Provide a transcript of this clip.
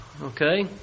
okay